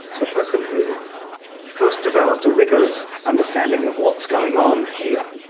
the person who first developed a rigorous understanding of what's going on here.